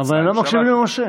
אבל הם לא מקשיבים למשה.